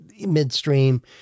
midstream